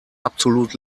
absolut